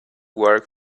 work